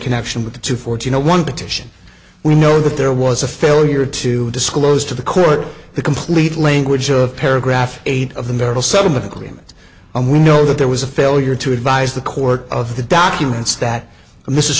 connection with the two forty one petition we know that there was a failure to disclose to the court the complete language of paragraph eight of the marital settlement agreement and we know that there was a failure to advise the court of the documents that this is